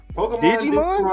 Pokemon